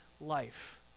life